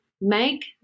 Make